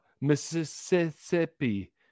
Mississippi